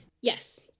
Yes